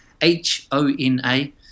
H-O-N-A